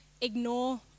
ignore